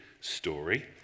story